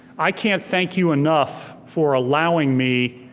i can't thank you enough for allowing me